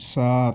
سات